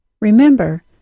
Remember